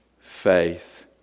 faith